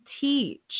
teach